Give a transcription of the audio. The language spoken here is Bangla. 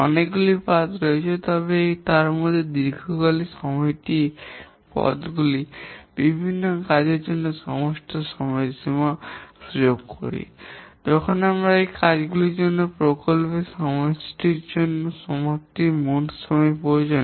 অনেকগুলি পাথ রয়েছে তবে তারপরে দীর্ঘতম সময়কালের পথটি যখন আমরা বিভিন্ন কাজের জন্য এই সমস্ত সময়সীমাটি যোগ করি তখন আমরা সেই কাজগুলির জন্য প্রকল্পের সমাপ্তির জন্য মোট সময় প্রয়োজন